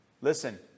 Listen